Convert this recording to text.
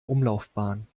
umlaufbahn